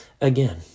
again